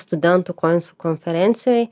studentų kons konferencijoj